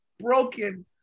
broken